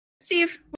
Steve